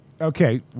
Okay